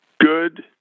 good